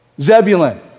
Zebulun